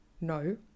No